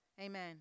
Amen